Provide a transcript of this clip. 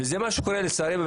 זה מה שקורה לצערי,